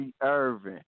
Irving